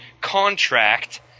contract